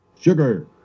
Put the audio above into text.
Sugar